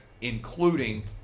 including